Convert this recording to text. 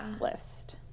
list